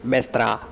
बिस्तरा